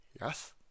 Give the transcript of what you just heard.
Yes